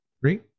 Three